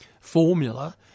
formula